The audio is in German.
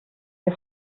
dir